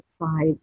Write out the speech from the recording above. sides